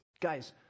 Guys